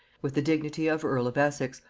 with the dignity of earl of essex,